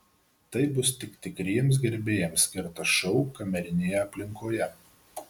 tai bus tik tikriems gerbėjams skirtas šou kamerinėje aplinkoje